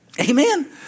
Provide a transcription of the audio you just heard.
Amen